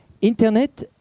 Internet